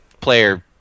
player